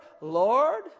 Lord